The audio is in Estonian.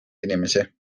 inimesi